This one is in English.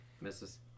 Misses